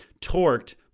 torqued